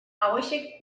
hauexek